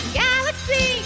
galaxy